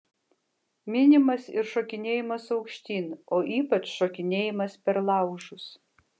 minimas ir šokinėjimas aukštyn o ypač šokinėjimas per laužus